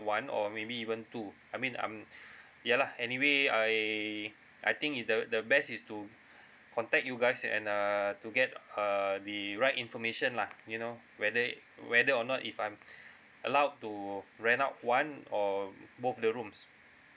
one or maybe even two I mean I'm ya lah anyway I I think is the the best is to contact you guys and err to get err the right information lah you know whether whether or not if I'm allowed to rent out one or both the rooms